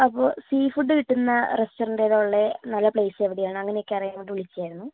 അപ്പോൾ sea food കിട്ടുന്ന restaurant ഏതാ ഉള്ളത് നല്ല പ്ളേസ് എവിടെയാണ് അങ്ങനെയൊക്കെ അറിയാനായിട്ട് വിളിക്കുകയായിരുന്നു